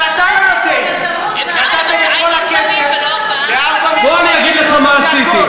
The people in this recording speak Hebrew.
אבל אתה לא נותן, בוא אני אגיד לך מה עשיתי.